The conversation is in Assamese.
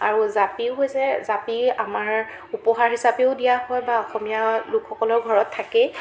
আৰু জাপিও হৈছে জাপি আমাৰ উপহাৰ হিচাপেও দিয়া হয় বা অসমীয়া লোকসকলৰ ঘৰত থাকেই